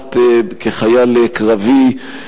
שירת כחייל קרבי,